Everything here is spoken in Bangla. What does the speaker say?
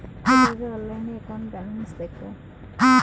কিভাবে অনলাইনে একাউন্ট ব্যালেন্স দেখবো?